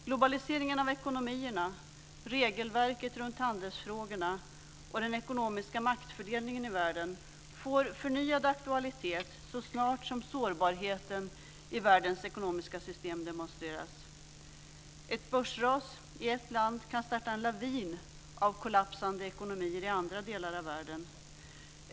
Globaliseringen av ekonomierna, regelverket runt handelsfrågorna och den ekonomiska maktfördelningen i världen får förnyad aktualitet så snart sårbarheten i världens ekonomiska system demonstreras. Ett börsras i ett land kan starta en lavin av kollapsande ekonomier i andra delar av världen.